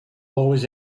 always